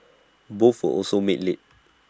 both were also made late